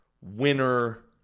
winner